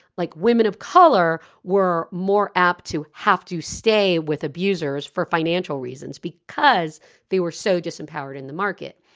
like women of color, were more apt to have to stay stay with abusers for financial reasons because they were so disempowered in the market.